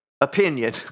opinion